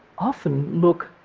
often look